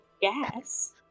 yes